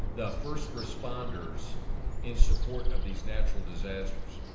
the first responders in support of these natural disasters.